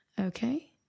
Okay